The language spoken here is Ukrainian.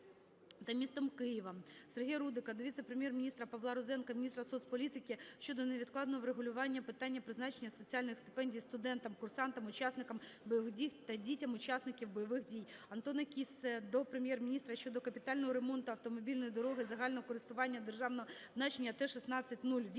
Сергія Рудика до віце-прем'єр-міністра Павла Розенка, міністра соцполітики щодо невідкладного врегулювання питання призначення соціальних стипендій студентам (курсантам) учасникам бойових дій та дітям учасників бойових дій. Антона Кіссе до Прем'єр-міністра України щодо капітального ремонту автомобільної дороги загального користування державного значення Т-16-08 "Болград